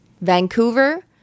Vancouver